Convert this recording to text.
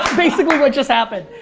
basically what just happened.